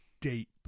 deep